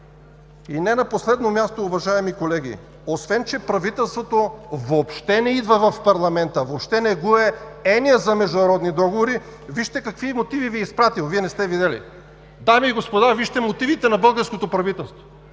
И не на последно място, уважаеми колеги, освен че правителството въобще не идва в парламента, въобще не го е еня за международни договори, вижте какви мотиви Ви е изпратило. Вие не сте видели. (Показва мотивите.) Дами и господа, вижте мотивите на българското правителство